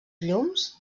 llums